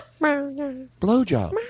Blowjob